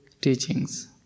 teachings